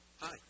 Hi